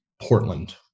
Portland